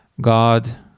God